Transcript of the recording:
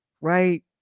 Right